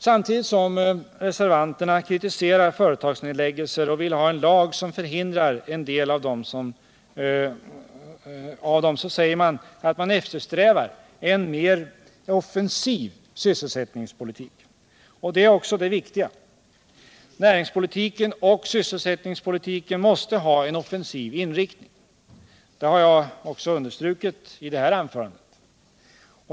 Samtidigt som reservanterna kritiserar företagsnedläggelser och vill ha en lag som förhindrar en del av dem säger man att man eftersträvar en mer offensiv sysselsättningspolitik. Det är också det viktiga. Näringspolitiken och sysselsättningspolitiken måste ha en offensiv inriktning. Det har jag också understrukit i det här anförandet.